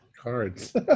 Cards